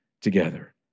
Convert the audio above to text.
together